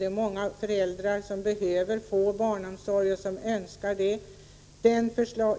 Det är många föräldrar som behöver få barnomsorg och som önskar detta.